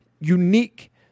unique